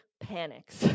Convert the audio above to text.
panics